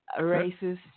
racist